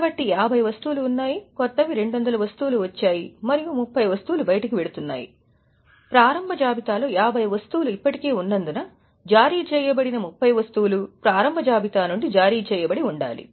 కాబట్టి 50 వస్తువులు ఉన్నాయి కొత్తవి 200 వస్తువులు వచ్చాయి మరియు 30 వస్తువులు బయటికి వెళ్తున్నాయి ప్రారంభ జాబితాలో 50 వస్తువులు ఇప్పటికే ఉన్నందున జారీ చేయబడిన 30 వస్తువులు ప్రారంభ జాబితా నుండి జారీ చేయబడి ఉండాలి